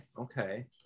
Okay